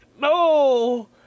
No